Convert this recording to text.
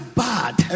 bad